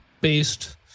based